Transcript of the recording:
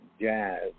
jazz